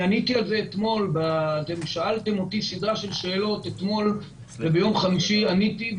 שאלתם אותי אתמול סדרה של שאלות, ועניתי על זה.